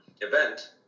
event